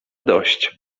dość